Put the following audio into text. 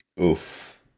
oof